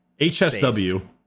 HSW